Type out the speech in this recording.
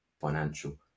financial